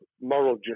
moral